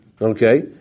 Okay